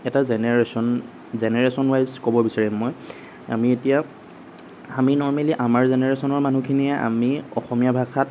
এটা generation generation wise ক'ব বিচাৰিম মই আমি এতিয়া আমি নৰ্মেলি আমাৰ জেনেৰেশ্যনৰ মানুহখিনিয়ে আমি অসমীয়া ভাষাত